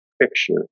Picture